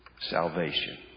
salvation